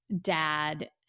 Dad